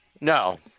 no